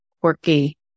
quirky